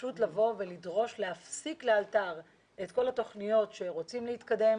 פשוט לבוא ולדרוש להפסיק לאלתר את כל התוכניות שרוצים להתקדם